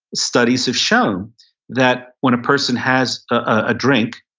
studies have shown that when a person has a drink,